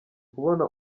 kubona